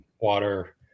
water